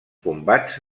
combats